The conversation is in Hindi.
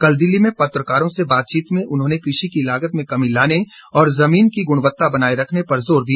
कल दिल्ली में पत्रकारों से बातचीत में उन्होंने कृषि की लागत में कमी लाने और जमीन की गुणवत्ता बनाए रखने पर जोर दिया